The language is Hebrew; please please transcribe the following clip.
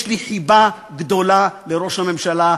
יש לי חיבה גדולה לראש הממשלה,